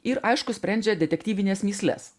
ir aišku sprendžia detektyvines mįsles